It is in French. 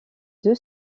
deux